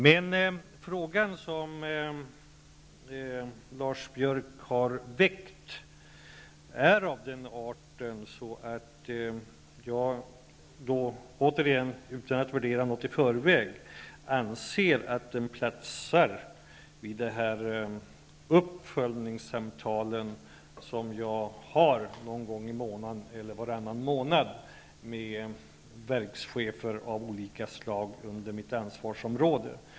Men den fråga som Lars Biörck har väckt är av den arten att jag återigen, utan att värdera något i förväg, anser att den platsar vid de uppföljningssamtal som jag har varannan månad med verkschefer av olika slag under mitt ansvarsområde.